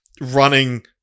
running